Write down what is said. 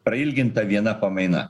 prailginta viena pamaina